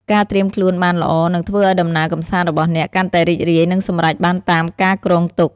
ការត្រៀមខ្លួនបានល្អនឹងធ្វើឲ្យដំណើរកម្សាន្តរបស់អ្នកកាន់តែរីករាយ និងសម្រេចបានតាមការគ្រោងទុក។